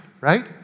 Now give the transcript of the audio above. right